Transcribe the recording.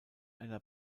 einer